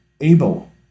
able